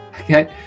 Okay